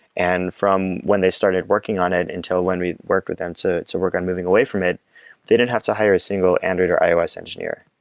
and from when they started working on it until when we worked with them and so to work on moving away from it, they didn't have to hire a single android or ios engineer.